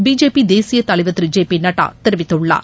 BJP தேசிய தலைவர் திரு ஜேபிநட்டா தெரிவித்துள்ளார்